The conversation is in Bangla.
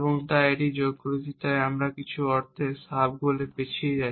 তাই আমি এটি যোগ করেছি তাই আমি কিছু অর্থে লক্ষ্য থেকে সাব গোলে পিছিয়ে যাচ্ছি